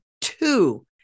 two